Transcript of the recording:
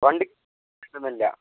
വണ്ടിക്ക് പ്രശ്നം ഒന്നും ഇല്ല